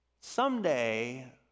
Someday